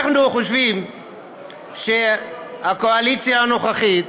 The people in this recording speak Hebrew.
אנחנו חושבים שהקואליציה הנוכחית,